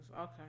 Okay